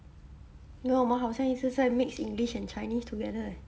then 我们好像一直在 mix english and chinese together eh